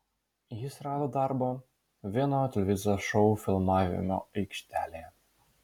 jis rado darbą vieno televizijos šou filmavimo aikštelėje